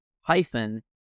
hyphen